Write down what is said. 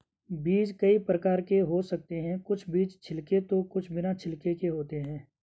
बीज कई प्रकार के हो सकते हैं कुछ बीज छिलके तो कुछ बिना छिलके के होते हैं